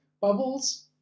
Bubbles